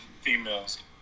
females